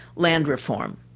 land reform.